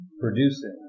producing